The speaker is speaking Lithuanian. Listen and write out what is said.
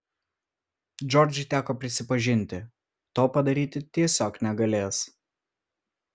džordžai teko prisipažinti to padaryti tiesiog negalės